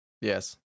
Yes